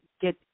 get